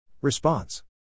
Response